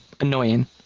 annoying